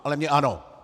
Ale mě ano!